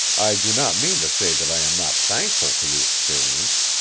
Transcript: i do not mean to say that i am not thankful for the experience.